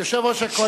יושב-ראש הקואליציה,